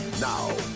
Now